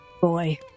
boy